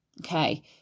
okay